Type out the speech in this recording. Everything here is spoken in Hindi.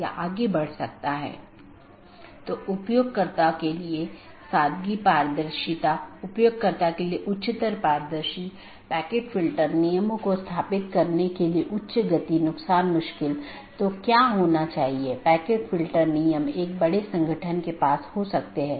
और फिर दूसरा एक जीवित है जो यह कहता है कि सहकर्मी उपलब्ध हैं या नहीं यह निर्धारित करने के लिए कि क्या हमारे पास वे सब चीजें हैं